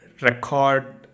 record